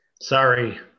sorry